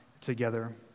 together